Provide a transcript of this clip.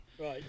Right